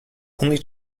only